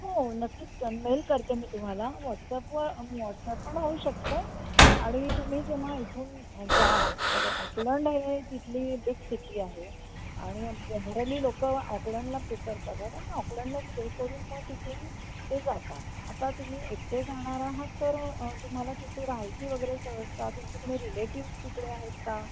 हो नक्कीच मेल करते मी तुम्हाला व्हॉट्सॲपवर व्हॉट्सॲप पण होऊ शकतं आहे आणि तुम्ही जेव्हा इथून जाल तर ऑकलंड हे तिथली बिग सिटी आहे आणि जनरली लोक ऑकलंडला प्रिफर करतात आणि ऑकलंडला स्टे करून मग तिथून ते जातात आता तुम्ही एकटे जाणार आहात तर तुम्हाला तिथे राहायची वगैरे व्यवस्था तुमचे कुणी रिलेटिव्स तिकडे आहेत का